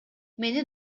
мени